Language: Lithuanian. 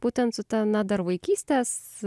būtent sutana dar vaikystės